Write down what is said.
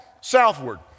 southward